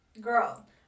Girl